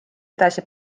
edasi